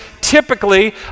typically